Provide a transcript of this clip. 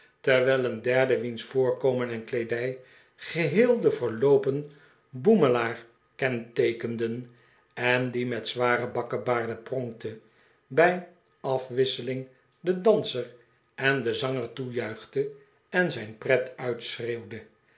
terwijl een derde wiens voorkomen en kleedij geheel den verloopen boemelaar kenteekenden en die met zware bakkebaarden pronkte bij afwisseling den danser en den zanger toejuichte en zijn pret